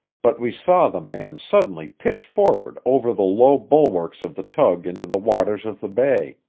but we saw the man suddenly pitch forward over the low bulwarks of the tug into the waters of the bay.